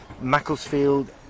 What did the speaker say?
Macclesfield